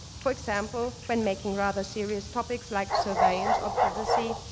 for example, when making rather serious topics, like surveillance or privacy,